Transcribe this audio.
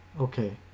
Okay